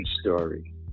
story